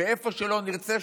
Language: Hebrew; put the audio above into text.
איפה שלא נרצה.